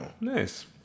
Nice